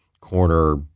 corner